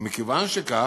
ומכיוון שכך,